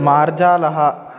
मार्जालः